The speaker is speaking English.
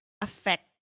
affect